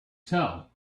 tell